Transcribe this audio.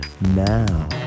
now